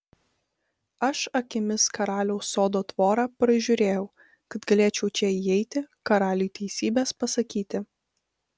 aš akimis karaliaus sodo tvorą pražiūrėjau kad galėčiau čia įeiti karaliui teisybės pasakyti